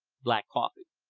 black coffee.